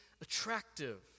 attractive